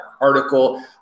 article